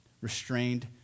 restrained